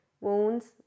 wounds